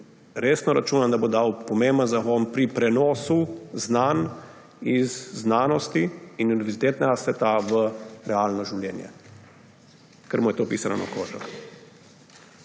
resno računam, da bo dal pomemben zagon pri prenosu znanj iz znanosti in univerzitetnega sveta v realno življenje, ker mu je to pisano na kožo.